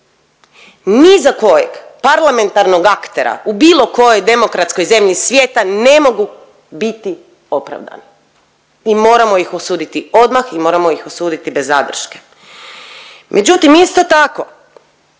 ni za kojeg parlamentarnog aktera u bilo kojoj demokratskoj zemlji svijeta ne mogu biti opravdani i moramo ih osuditi odmah i moramo ih osuditi bez zadrške. Međutim, isto tako